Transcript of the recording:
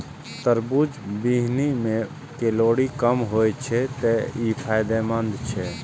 तरबूजक बीहनि मे कैलोरी कम होइ छै, तें ई फायदेमंद छै